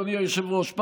אדוני היושב-ראש,